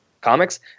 comics